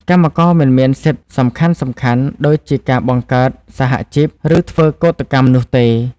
កម្មករមិនមានសិទ្ធិសំខាន់ៗដូចជាការបង្កើតសហជីព ឬធ្វើកូដកម្មនោះទេ។